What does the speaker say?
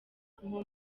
nko